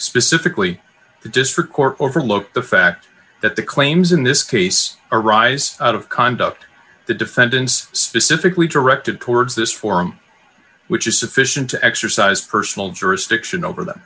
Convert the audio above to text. specifically the district court overlooked the fact that the claims in this case arise out of conduct the defendants specifically directed towards this form which is sufficient to exercise personal jurisdiction over them